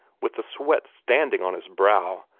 with the sweat standing on his brow,